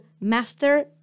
Master